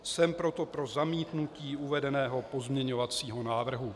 Jsem proto pro zamítnutí uvedeného pozměňovacího návrhu.